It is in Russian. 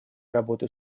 работы